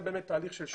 זה באמת תהליך של שנים.